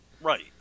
Right